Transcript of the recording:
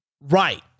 right